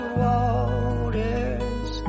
waters